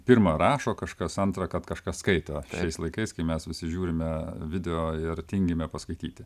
pirma rašo kažkas antra kad kažkas skaito šiais laikais kai mes visi žiūrime video ir tingime paskaityti